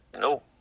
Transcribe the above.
no